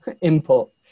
input